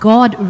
God